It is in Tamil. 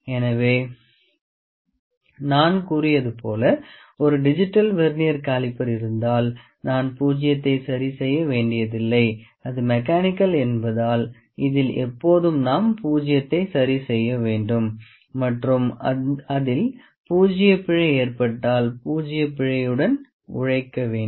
எனவே எனவே நான் கூறியது போல ஒரு டிஜிட்டல் வெர்னியர் காலிபர் இருந்தால் நான் பூஜ்ஜியத்தை சரி செய்ய வேண்டியதில்லை இது மெக்கானிக்கல் என்பதனால் இதில் எப்போதும் நாம் பூஜ்ஜியத்தை சரி செய்ய வேண்டும் மற்றும் அதில் பூஜ்ஜிய பிழை ஏற்பட்டால் பூஜ்ஜிய பிழையுடன் உழைக்க வேண்டும்